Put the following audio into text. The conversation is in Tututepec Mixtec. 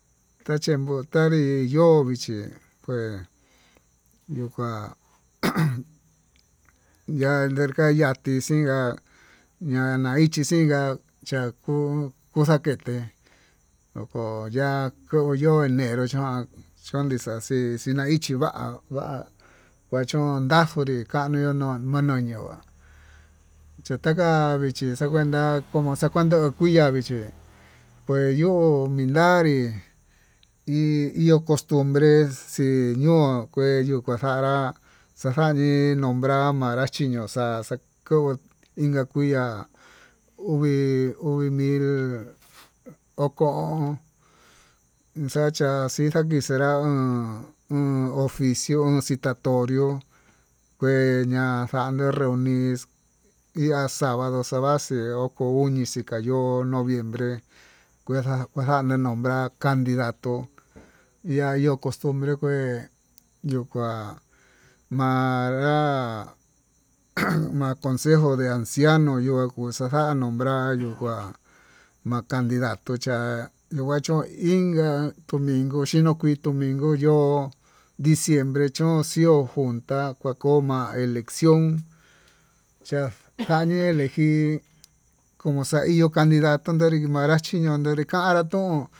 Kaxhi montanrí yo'o vichí yuu kua ha an, ya'a yerta xanti xinka'a, ña'a naichi xinnguá cha'a kuu kuxakete tukó ya'á ko'o yo'ó enero chan chanixaxhí, ixina ichí va'a kuchón ndanjunrí kanuu ino'o nono ñonguá kachakana vichí xakana xakan kuii, ya'a vichí kue yo'o vinanrí hi ihó costumbres xino kue yuu kanxanrá xakanri nombra nanra xiñoxa'a xa'a koo inka kuiá, uvii uvii mil oko o'on xacha sifra unixera o'on o'on oficio o'on citatorio kue ña'a xañii nriunix, iha sabado xavaxe ko'o oni xikayo'o no'o noviembre kuexa xañii nombra nidató, iha yo'o costumbre kué yuu kuá ma'a nrá ma consejo de anciano yo'o kuu xaxa nombra nayuu kuá ma'a candidato cha'a, nii kua chpon inka'a domingo xhinokuii domingo yo'ó diciembre chón yo'o xhión, ta'a kua koma eleción cha chañii elejir como xa'a ihó candidato nanrí manra chiña'a anori kanra tuun.